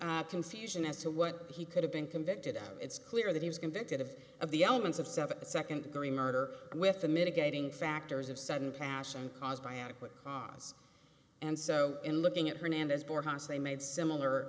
no confusion as to what he could have been convicted of it's clear that he was convicted of of the elements of seven second degree murder with the mitigating factors of sudden passion caused by adequate and so in looking at hernandez for hasse they made similar